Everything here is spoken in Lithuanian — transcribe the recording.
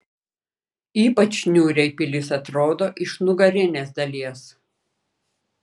ypač niūriai pilis atrodo iš nugarinės dalies